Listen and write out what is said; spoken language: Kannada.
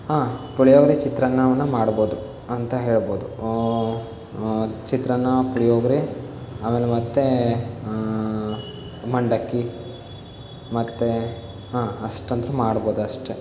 ಹಾಂ ಪುಳಿಯೋಗರೆ ಚಿತ್ರಾನ್ನವನ್ನು ಮಾಡ್ಬೋದು ಅಂತ ಹೇಳ್ಬೋದು ಚಿತ್ರಾನ್ನ ಪುಳಿಯೋಗರೆ ಆಮೇಲೆ ಮತ್ತೆ ಮಂಡಕ್ಕಿ ಮತ್ತೆ ಹಾಂ ಅಷ್ಟಂತೂ ಮಾಡ್ಬೋದು ಅಷ್ಟೇ